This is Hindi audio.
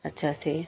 अच्छा से